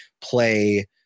play